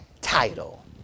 title